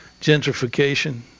Gentrification